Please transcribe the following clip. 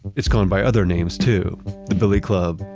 it's gone by other names too the billy club,